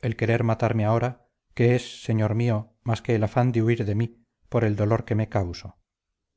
el querer matarme ahora qué es señor mío más que el afán de huir de mí por el horror que me causo